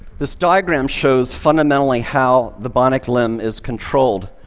this diagram shows fundamentally how the bionic limb is controlled.